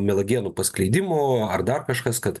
mielagienų paskleidimų ar dar kažkas kad